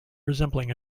resembling